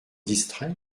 distrait